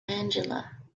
angela